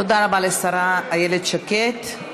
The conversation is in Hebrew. תודה רבה לשרה איילת שקד.